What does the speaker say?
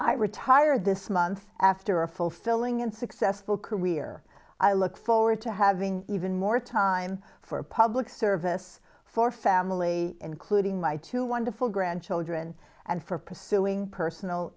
i retired this month after a fulfilling and successful career i look forward to having even more time for public service for family including my two wonderful grandchildren and for pursuing personal